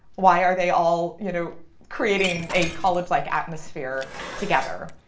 why are they all you know creating a college-like atmosphere together,